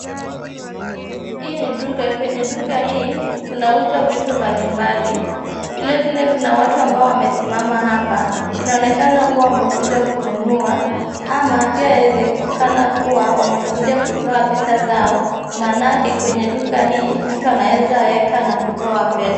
Hii ni duka. Kwenye duka hii kunauzwa vitu mbalimbali. Vilevile kuna watu ambao wamesimama hapa. Inaonekana kuwa wamekuja kununua ama pia yawezekana kuwa wamekuja kutoa pesa zao, maanake kwenye duka hii mtu anawezaeka na kutoa pesa.